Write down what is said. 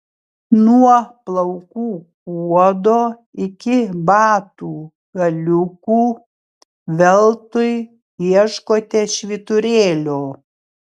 nuo plaukų kuodo iki batų galiukų veltui ieškote švyturėlio